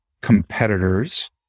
competitors